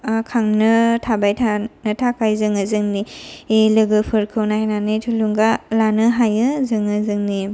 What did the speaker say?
खांनो थाबाय थानो थाखाय जोङो जोंनि लोगोफोरखौ नायनानै थुलुंगा लानो हायो जोङो जोंनि